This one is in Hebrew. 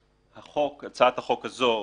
הצעת החוק הזו,